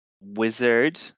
wizard